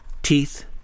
teeth